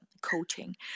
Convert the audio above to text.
coaching